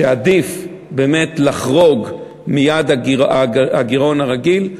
שעדיף באמת לחרוג מיעד הגירעון הרגיל,